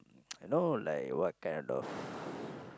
you know like what kind of